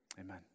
Amen